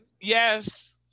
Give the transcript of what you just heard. Yes